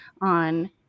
on-